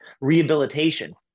rehabilitation